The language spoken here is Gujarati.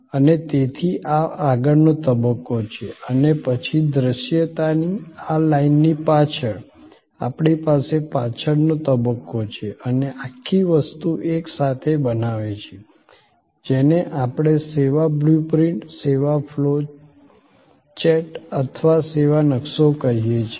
અને તેથી આ આગળનો તબક્કો છે અને પછી દૃશ્યતાની આ લાઇનની પાછળ આપણી પાસે પાછળનો તબક્કો છે અને આખી વસ્તુ એકસાથે બનાવે છે જેને આપણે સેવા બ્લુ પ્રિન્ટ સેવા ફ્લો ચેટ અથવા સેવા નકશો કહીએ છીએ